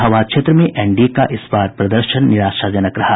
वहीं शाहबाद क्षेत्र में एनडीए का इस बार प्रदर्शन निराशाजनक रहा